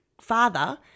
father